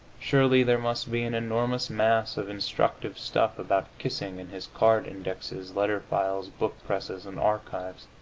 surely there must be an enormous mass of instructive stuff about kissing in his card indexes, letter files, book presses and archives.